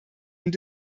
und